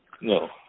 No